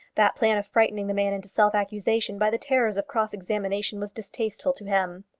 that plan of frightening the man into self-accusation by the terrors of cross-examination was distasteful to him.